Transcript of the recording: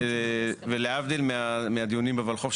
ולהבדיל מהדיונים בולחו"ף,